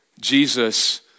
Jesus